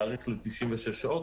להאריך ל-96 שעות.